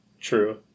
true